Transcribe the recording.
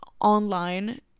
online